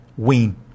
Win